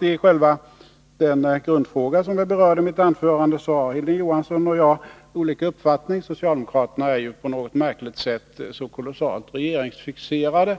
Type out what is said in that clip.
I själva den grundfråga som jag berörde i mitt anförande har Hilding Johansson och jag olika uppfattning. Socialdemokraterna är på något märkligt sätt kolossalt regeringsfixerade.